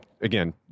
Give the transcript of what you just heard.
again